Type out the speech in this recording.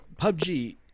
PUBG